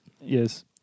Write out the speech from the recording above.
Yes